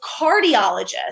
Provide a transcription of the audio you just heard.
cardiologist